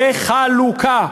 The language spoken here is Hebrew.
בחלוקה,